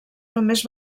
només